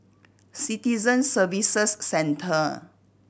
Citizen Services Centre